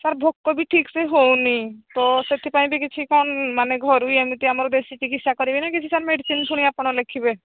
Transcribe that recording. sir ଭୋକ ବି ଠିକ୍ସେ ହଉନି ତ ସେଥିପାଇଁ ବି କିଛି କ'ଣ ମାନେ ଘରୋଇ ଏମିତି ଆମର ବେଶୀ ଚିକିତ୍ସା କରିବେନି କିଛି ସାର୍ ମେଡ଼ିସିନ୍ ଫୁଣି ଆପଣ ଲେଖିବେ